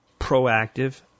Proactive